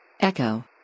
Echo